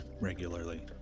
regularly